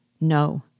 no